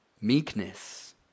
meekness